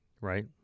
Right